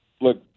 look